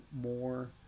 more